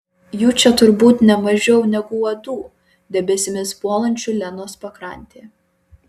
jų čia turbūt ne mažiau negu uodų debesimis puolančių lenos pakrantėje